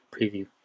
preview